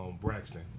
Braxton